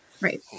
Right